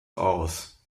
aus